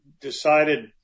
decided